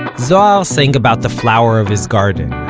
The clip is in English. ah zohar ah sang about the flower of his garden,